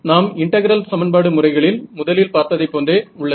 நாம் இன்டெகிரல் சமன்பாடு முறைகளில் முதலில் பார்த்ததைப் போன்றே உள்ளது